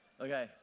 Okay